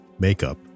makeup